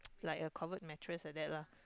like a covert mattress like that lah